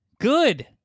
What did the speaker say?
Good